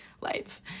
life